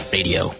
Radio